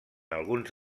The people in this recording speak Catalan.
alguns